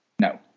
No